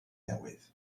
newydd